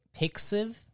Pixiv